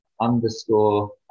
underscore